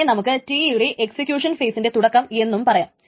അതിനെ നമുക്ക് T യുടെ എക്സിക്യൂഷൻ ഫെയിസിന്റെ തുടക്കം എന്നും പറയാം